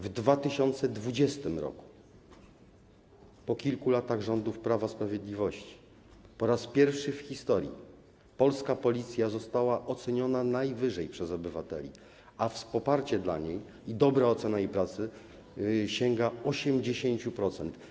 W 2020 r., po kilku latach rządów Prawa i Sprawiedliwości, po raz pierwszy w historii polska Policja została oceniona najwyżej przez obywateli, a poparcie dla niej i dobra ocena jej pracy sięga 80%.